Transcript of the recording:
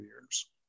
years